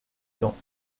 temps